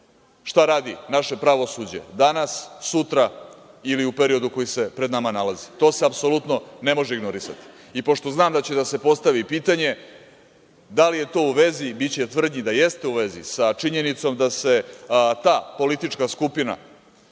šta radi naše pravosuđe danas, sutra ili u periodu koji se pred nama nalazi. To se apsolutno ne može ignorisati. Pošto znam da se će da se postavi pitanje da li je to u vezi, biće tvrdnji da jeste u vezi sa činjenicom da se ta politička skupina